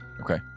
Okay